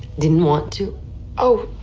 didn't want to oh,